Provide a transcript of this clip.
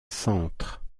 centre